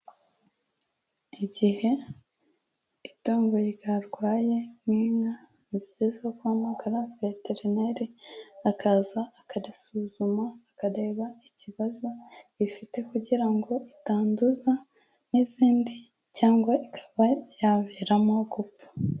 Igihe itungo ryarwaye nk'inka ni byiza ko uhamagara veterineri akaza akarisuzuma, akareba ikibazo ifite kugira ngo itanduza n'izindi cyangwa ikaba yaviramo gupfa.